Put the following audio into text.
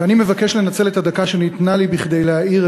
ואני מבקש לנצל את הדקה שניתנה לי כדי להאיר